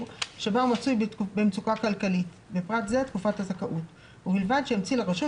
שבה הוא מצוי במצוקה כלכלית (בפרט זה תקופת הזכאות) ובלבד שהמציא לרשות